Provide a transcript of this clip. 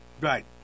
Right